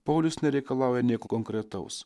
paulius nereikalauja nieko konkretaus